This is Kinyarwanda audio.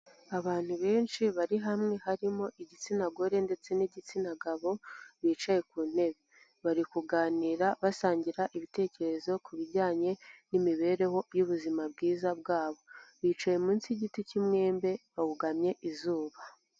Abantu benshi bari hamwe harimo igitsina gore ndetse n'igitsina gabo bicaye ku ntebe bari kuganira basangira ibitekerezo ku bijyanye n'imibereho y'ubuzima bwiza bwabo bicaye munsi y'igiti cy'imwembe babogamye izuba.